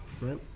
right